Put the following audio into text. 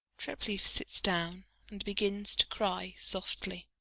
treplieff sits down and begins to cry softly.